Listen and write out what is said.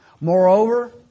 Moreover